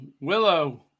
Willow